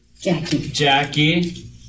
Jackie